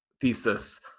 thesis